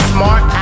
Smart